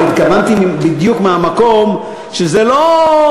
התכוונתי בדיוק מהמקום שזה לא,